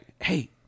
hey